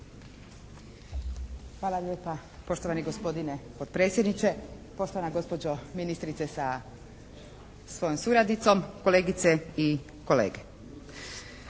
Hvala lijepa. Poštovani gospodine potpredsjedniče, poštovana gospođo ministrice sa svojom suradnicom, kolegice i kolege.